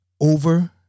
over